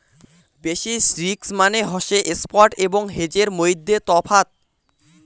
basis risk মানে হসে spot এবং হেজের মইধ্যে তফাৎ